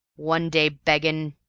one day beggin',